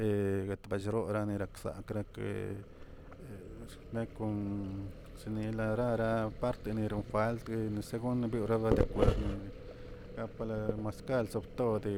guetballꞌ rorarani sakrake nekon nilalara parteniron altguin segundr bew kwanda kwerd gapala maskal septode